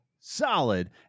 solid